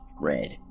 red